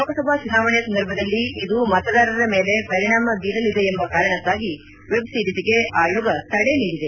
ಲೋಕಸಭಾ ಚುನಾವಣೆ ಸಂದರ್ಭದಲ್ಲಿ ಇದು ಮತದಾರರ ಮೇಲೆ ಪರಿಣಾಮ ಬೀರಲಿದೆ ಎಂಬ ಕಾರಣಕ್ನಾಗಿ ವೆಬ್ ಸಿರೀಸ್ಗೆ ಆಯೋಗ ತಡೆ ನೀಡಿದೆ